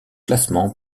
classement